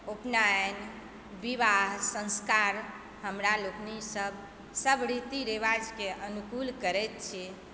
उपनयन विवाह संस्कार हमरा लोकनि सब सब रीति रिवाजके अनुकूल करैत छी